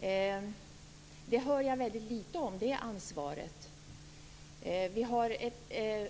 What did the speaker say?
Det ansvaret hör jag väldigt litet om.